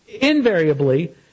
invariably